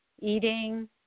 eating